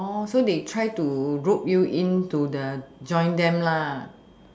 so they tried to rope you into the join them